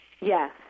Yes